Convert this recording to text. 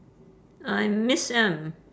I'm miss M